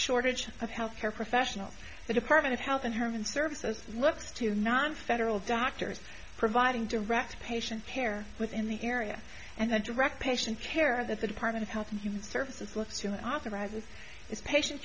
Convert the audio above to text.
shortage of health care professionals the department of health and hermann services looks to not federal doctors providing direct patient care within the area and that direct patient care that the department of health and human services looks to and authorizes its patient